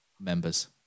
members